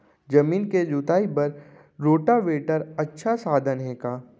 जमीन के जुताई बर रोटोवेटर अच्छा साधन हे का?